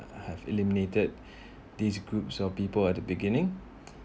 uh have eliminated these groups of people at the beginning